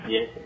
Yes，